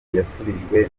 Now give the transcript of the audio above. yasubijwe